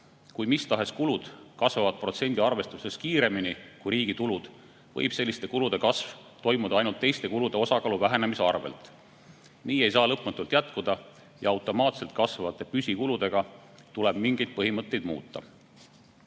Kui mis tahes kulud kasvavad protsendi arvestuses kiiremini kui riigi tulud, võib selliste kulude kasv toimuda ainult teiste kulude osakaalu vähenemise arvel. Nii ei saa lõpmatult jätkuda ja automaatselt kasvavate püsikulude korral tuleb mingeid põhimõtteid muuta. Riik